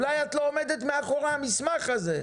אולי את לא עומדת מאחורי המסמך הזה,